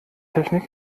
technik